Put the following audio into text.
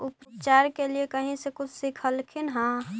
उपचार के लीये कहीं से कुछ सिखलखिन हा?